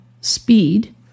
speed